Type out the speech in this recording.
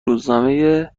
روزنامه